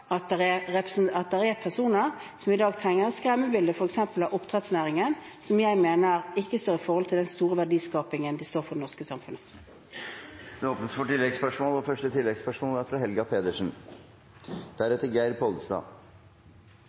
at det er personer som i dag tegner et skremmebilde av f.eks. oppdrettsnæringen, som jeg mener ikke står i forhold til den store verdiskapingen de står for i det norske samfunnet. Det blir oppfølgingsspørsmål – først Helga Pedersen. Det som skjer nå, er